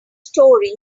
story